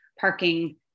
parking